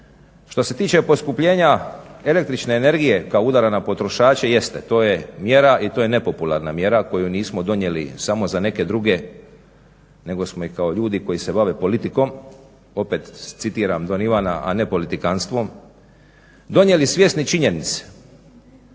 Što se tiče poskupljenja električne energije kao udara na potrošače, jeste to je mjera i to je nepopularna mjera koju nismo donijeli samo za neke druge, nego smo ih kao ljudi koji se bave politikom, opet citiram Don Ivana "A ne politikantstvom", donijeli svjesni činjenice